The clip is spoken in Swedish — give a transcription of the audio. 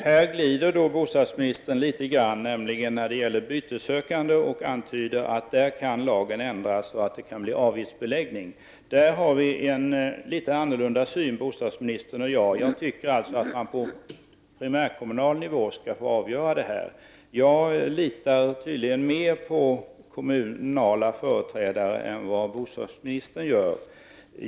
Fru talman! Här glider bostadsministern litet grand, nämligen när det gäller bytessökande. Han antyder att lagen i detta sammanhang kan ändras och att det kan bli fråga om avgiftsbeläggning. Bostadsministern och jag har litet olika syn på detta. Jag tycker att man på primärkommunal nivå skall få avgöra dessa frågor. Jag litar tydligen mer på kommunala företrädare än vad bostadsministern gör.